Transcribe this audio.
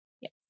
Yes